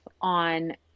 on